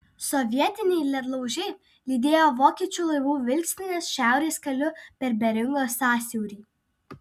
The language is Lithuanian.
sovietiniai ledlaužiai lydėjo vokiečių laivų vilkstines šiaurės keliu per beringo sąsiaurį